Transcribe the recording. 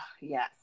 Yes